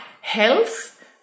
health